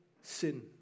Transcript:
sin